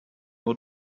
nur